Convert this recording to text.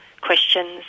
questions